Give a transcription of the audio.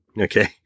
Okay